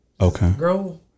okay